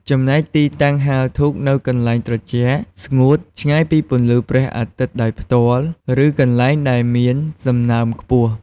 ចំណែកទីតាំងហាលធូបនៅកន្លែងត្រជាក់ ស្ងួត ឆ្ងាយពីពន្លឺព្រះអាទិត្យដោយផ្ទាល់ ឬកន្លែងដែលមានសំណើមខ្ពស់។